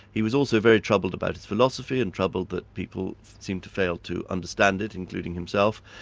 he was also very troubled about his philosophy and troubled that people seemed to fail to understand it, including himself.